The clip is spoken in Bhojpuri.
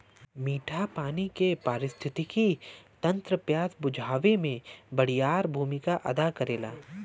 मीठा पानी के पारिस्थितिकी तंत्र प्यास बुझावे में बड़ियार भूमिका अदा करेला